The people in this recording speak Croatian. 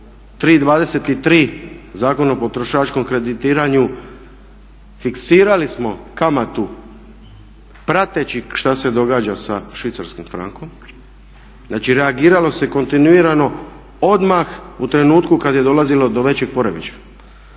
3,23 Zakon o potrošačkom kreditiranju fiksirali smo kamatu prateći što se događa sa švicarskim frankom. Znači reagiralo se kontinuirano odmah u trenutku kad je dolazilo do većih poremećaja,